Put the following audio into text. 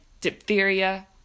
diphtheria